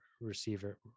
receiver